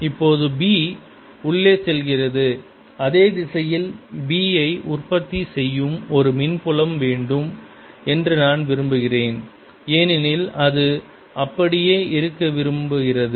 இப்பொழுது B உள்ளே செல்கிறது அதே திசையில் B யை உற்பத்தி செய்யும் ஒரு மின்புலம் வேண்டும் என்று நான் விரும்புகிறேன் ஏனெனில் அது அப்படியே இருக்க விரும்புகிறது